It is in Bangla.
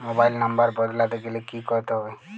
মোবাইল নম্বর বদলাতে গেলে কি করতে হবে?